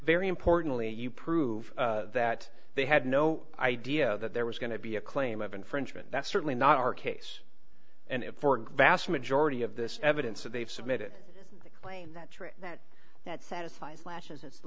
very importantly you prove that they had no idea that there was going to be a claim of infringement that's certainly not our case and if org vast majority of this evidence that they've submitted the claim that that that satisfies lashes